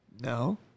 No